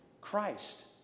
Christ